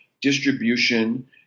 distribution